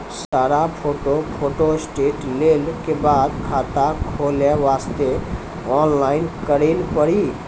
सारा photo photostat लेल के बाद खाता खोले वास्ते ऑनलाइन करिल पड़ी?